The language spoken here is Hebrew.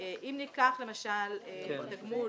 אם ניקח למשל תגמול